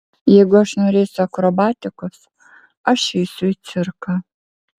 jeigu aš norėsiu akrobatikos aš eisiu į cirką